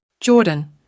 Jordan